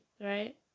right